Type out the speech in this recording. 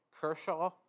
Kershaw